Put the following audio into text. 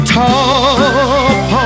top